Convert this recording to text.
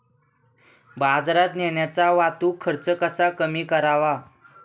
बाजारात नेण्याचा वाहतूक खर्च कसा कमी करावा?